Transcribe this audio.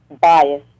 bias